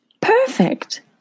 Perfect